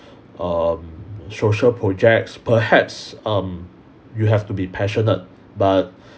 um social projects perhaps um you have to be passionate but